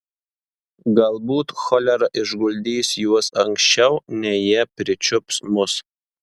galbūt cholera išguldys juos anksčiau nei jie pričiups mus